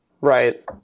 Right